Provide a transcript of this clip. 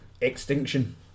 Extinction